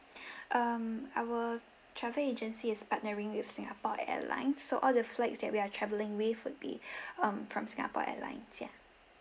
um our travel agency is partnering with singapore airlines so all the flights that we are travelling with would be um from singapore airlines yeah